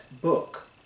book